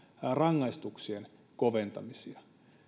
rangaistuksien koventamisia